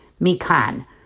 Mikan